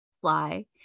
fly